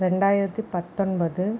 ரெண்டாயிரத்து பத்தொன்பது